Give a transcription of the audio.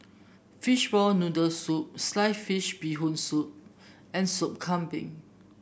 Fishball Noodle Soup Sliced Fish Bee Hoon Soup and Sop Kambing